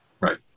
Right